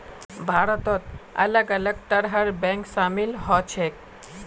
भारतत अलग अलग तरहर बैंक शामिल ह छेक